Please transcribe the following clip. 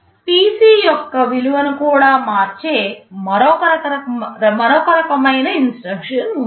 PC యొక్క విలువను కూడా మార్చే మరొక రకమైన ఇన్స్ట్రక్షన్ ఉంది